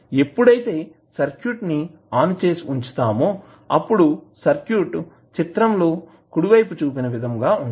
ఎప్పుడైతే సర్క్యూట్ ని ఆన్ చేసి వుంచుతామో అప్పుడు సర్క్యూట్ చిత్రం లో కుడివైపు చూపిన విధంగా ఉంటుంది